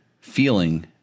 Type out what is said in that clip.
feeling